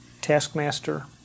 taskmaster